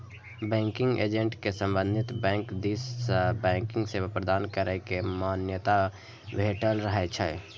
banking agent कें संबंधित bank दिस सं बैंकिंग सेवा प्रदान करै के मान्यता भेटल रहै छै